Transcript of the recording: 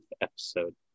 episode